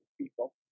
people